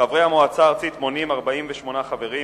חברי המועצה הארצית מונים 48 חברים,